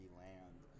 land